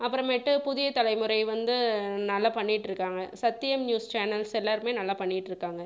அப்புறமேட்டு புதிய தலைமுறை வந்து நல்ல பண்ணிட்டுருக்காங்க சத்தியம் நியூஸ் சேனல்ஸ் எல்லாருமே நல்லா பண்ணிட்டுருக்காங்க